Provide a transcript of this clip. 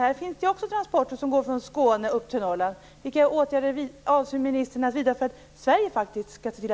Här går transporter från Skåne och upp till